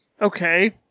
Okay